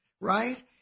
Right